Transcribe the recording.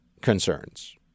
concerns